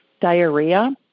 diarrhea